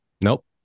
Nope